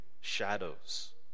shadows